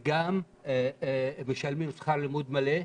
וגם משלמים שכר לימוד מלא,